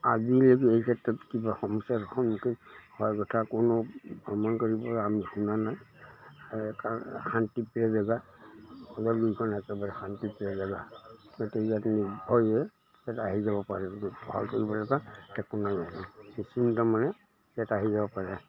আজিলৈকে এই ক্ষেত্ৰত কিবা সমস্যাৰ সন্মুখীন হোৱাৰ কথা কোনো ভ্ৰমণকাৰীৰপৰা আমি শুনা নাই এই কাৰণ শান্তিপ্ৰিয় জেগা একেবাৰে শান্তিপ্ৰ্ৰিয় জেগা গতিকে ইয়াত নিৰ্ভয়ে ইয়াত আহি যাব পাৰে ভয় কৰিব লগা একো নাই নিশ্চিন্ত মানে ইয়াত আহি যাব পাৰে